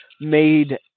made